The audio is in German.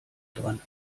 dran